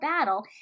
battle